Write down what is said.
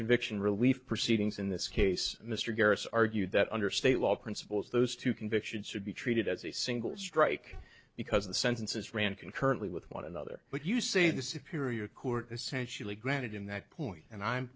conviction relief proceedings in this case mr harris argued that under state law principles those two convictions should be treated as a single strike because the sentences ran concurrently with one another but you say the superior court essentially granted him that point and i'm